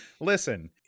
Listen